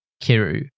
Kiru